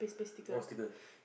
more status